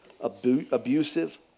abusive